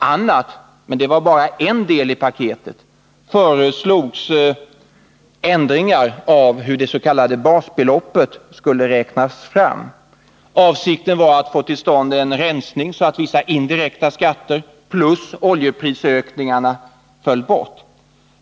a., men det var bara en del i paketet, föreslogs ändringar av hur dets.k. basbeloppet skulle räknas fram. Avsikten var att få till stånd en rensning så att vissa indirekta skatter plus oljeprisökningarna föll bort.